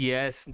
Yes